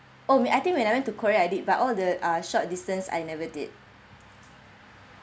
oh I think when I went to korea I did but all the ah short distance I never did